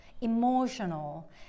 emotional